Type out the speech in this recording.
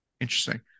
Interesting